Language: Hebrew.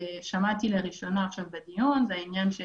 שמעתי לראשונה עכשיו בדיון את העניין הזה